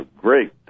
great